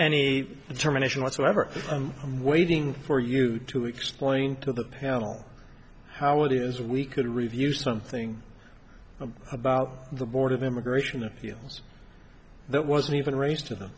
any determination whatsoever waiting for you to explain to the panel how it is we could review something about the board of immigration appeals that wasn't even raised to them